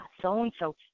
so-and-so